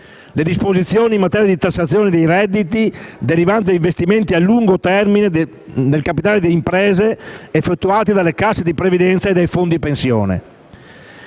le disposizioni in materia di detassazione dei redditi derivanti da investimenti a lungo termine nel capitale delle imprese effettuati da casse previdenziali e fondi pensione.